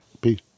Peace